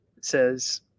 says